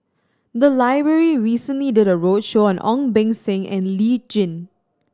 the library recently did a roadshow on Ong Beng Seng and Lee Tjin